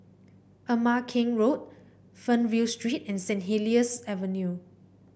Ama Keng Road Fernvale Street and Saint Helier's Avenue